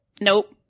nope